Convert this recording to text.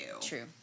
True